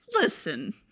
Listen